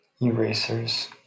Erasers